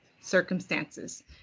circumstances